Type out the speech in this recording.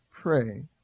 Pray